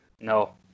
No